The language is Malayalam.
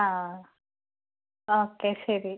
ആ ഓക്കെ ശരി